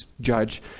judge